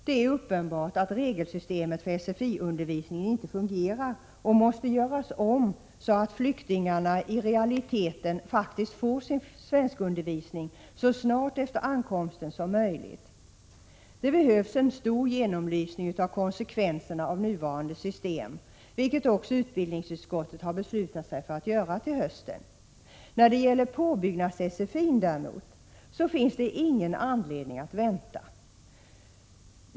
Det är uppenbart att regelsystemet för SFI-undervisningen inte fungerar och måste göras om, så att flyktingarna i realiteten får sin svenskundervisning så snart efter ankomsten som möjligt. Det behövs en djupgående genomlysning av konsekvenserna av nuvarande system, vilket också utbildningsutskottet har beslutat sig för att göra till hösten. När det gäller påbyggnads-SFI finns det däremot ingen anledning att vänta.